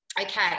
Okay